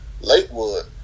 Lakewood